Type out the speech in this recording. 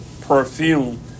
perfume